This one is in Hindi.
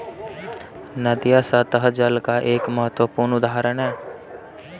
नदियां सत्तह जल का एक महत्वपूर्ण उदाहरण है